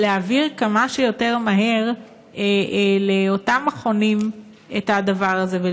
להבהיר כמה שיותר מהר לאותם מכונים את הדבר הזה.